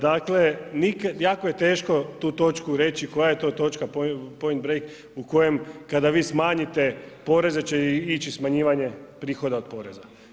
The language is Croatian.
Dakle, jako je teško tu točku reći koja je to točka point break u kojem kada vi smanjite poreze će ići smanjivanje prihoda od poreza.